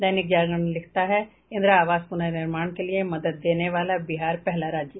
दैनिक जागरण लिखता है इंदिरा आवास पुनर्निर्माण के लिए मदद देने वाला बिहार पहला राज्य